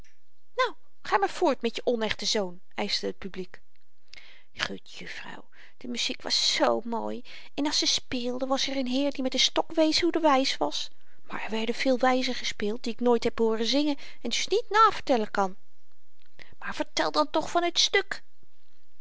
nou ga maar voort met je onechte zoon eischte het publiek gut juffrouw de muziek was zoo mooi en als ze speelden was er n heer die met n stok wees hoe de wys was maar er werden veel wyzen gespeeld die ik nooit heb hooren zingen en dus niet navertellen kan maar vertel dan toch van t stuk